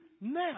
now